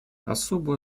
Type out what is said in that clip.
особую